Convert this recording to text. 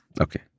Okay